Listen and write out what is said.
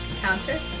counter